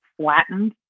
flattened